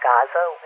Gaza